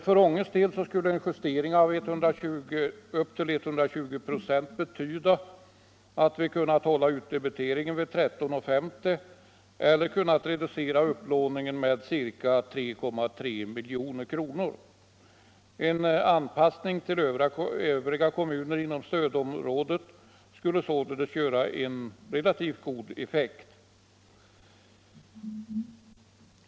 För Ånges del skulle en justering upp till 120 96 betyda att vi kunnat hålla utdebiteringen vid 13:50 eller kunnat reducera upplåningen med ca 3,3 milj.kr. En anpassning till övriga kommuner inom stödområdet skulle således få en ganska god effekt.